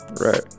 right